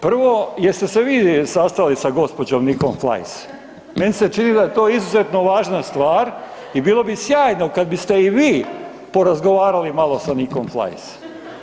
Prvo, jeste se vi sastali sa gospođom Nikom Fleisa, meni se čini da je to izuzetno važna stvar i bilo bi sjajno kad biste i vi porazgovarali malo sa Nikom Fleisa.